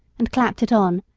and clapped it on,